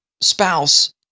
spouse